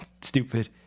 stupid